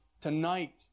tonight